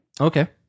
Okay